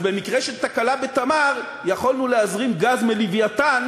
אז במקרה של תקלה ב"תמר" יכולנו להזרים גז מ"לווייתן"